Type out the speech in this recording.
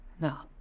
Now